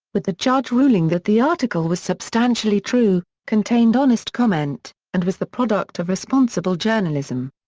with the judge ruling that the article was substantially true, contained honest comment and was the product of responsible journalism.